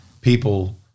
people